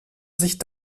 sich